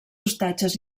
ostatges